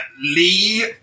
Lee